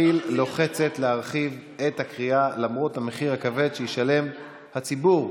כיל לוחצת להרחיב את הכרייה למרות המחיר הכבד שישלם הציבור,